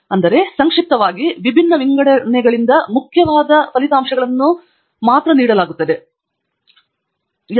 ಆದ್ದರಿಂದ ಕೇವಲ ಸಂಕ್ಷಿಪ್ತವಾಗಿ ಈ ವಿಭಿನ್ನ ವಿಂಗಡಣೆಗಳ ಮುಖ್ಯವಾದವು ಹೇಗೆ ನೀಡಲಾಗಿದೆ ಎಂಬುದನ್ನು ಇಲ್ಲಿ ಸಂಕ್ಷೇಪಿಸಿ